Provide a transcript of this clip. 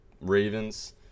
Ravens